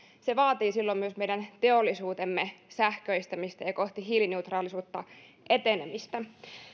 se vaatii silloin myös meidän teollisuutemme sähköistämistä ja kohti hiilineutraalisuutta etenemistä